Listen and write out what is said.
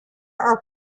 are